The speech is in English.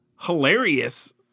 hilarious